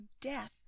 death